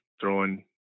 throwing